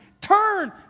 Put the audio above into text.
Turn